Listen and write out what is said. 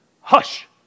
Hush